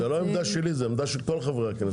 זה לא עמדה שלי עמדה של כל חברי הכנסת.